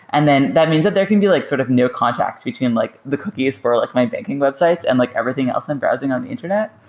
and then that means that there can be like sort of no contact between like the cookies for like my banking website and like everything else and browsing on the internet.